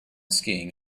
skiing